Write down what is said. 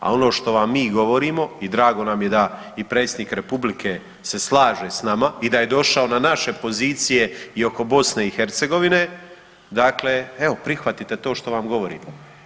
A ono što vam mi govorimo i drago nam je da i predsjednik Republike se slaže s nama i da je došao na naše pozicije i oko BiH, dakle evo prihvatite to što vam govorimo.